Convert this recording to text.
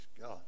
God